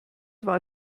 war